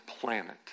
planet